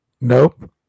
Nope